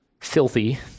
filthy